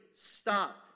stop